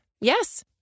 Yes